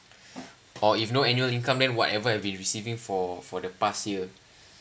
or if no annual income then whatever I have been receiving for for the past year